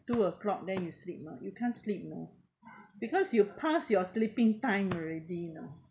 two O clock then you sleep ah you can't sleep you know because you pass your sleeping time already you know